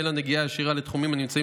ואין לה נגיעה ישירה לתחומים הנמצאים